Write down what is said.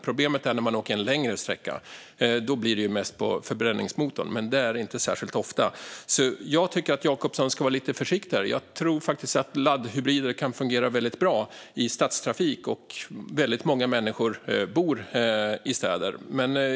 Problemet är att åka en längre sträcka; då går bilen mest på förbränningsmotorn. Men det är inte särskilt ofta. Jag tycker alltså att Jacobsson ska vara lite försiktig här. Jag tror faktiskt att laddhybrider kan fungera väldigt bra i stadstrafik, och väldigt många människor bor i städer.